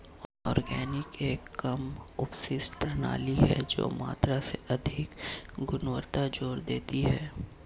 organic एक कम अपशिष्ट प्रणाली है जो मात्रा से अधिक गुणवत्ता पर जोर देती है